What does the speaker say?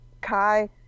Kai